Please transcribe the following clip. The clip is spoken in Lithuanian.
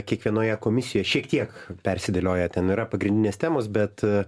kiekvienoje komisijoj šiek tiek persidėlioja ten yra pagrindinės temos bet